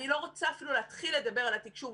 אני לא רוצה אפילו להתחיל לדבר על התקשוב.